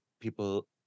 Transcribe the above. people